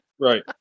Right